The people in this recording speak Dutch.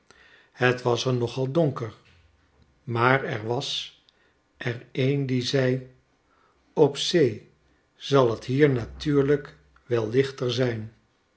het was er nogal donker maar er was er een die zei op zee zal t hier natuurlijk wel lichter zijn